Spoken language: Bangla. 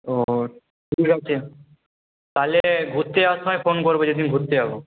ও ঠিক আছে তাহলে ঘুরতে যাওয়ার সময় ফোন করব যেদিন ঘুরতে যাব